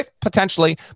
potentially